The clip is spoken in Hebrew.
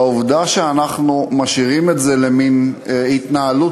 והעובדה שאנחנו משאירים את זה למין התנהלות